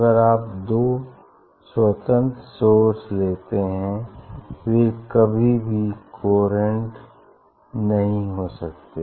अगर आप दो स्वतन्त्र सोर्स लेते हैं वे कभी भी कोहेरेंट नहीं हो सकते